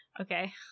Okay